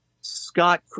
Scott